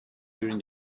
during